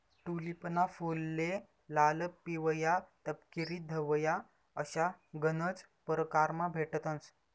टूलिपना फुले लाल, पिवया, तपकिरी, धवया अशा गनज परकारमा भेटतंस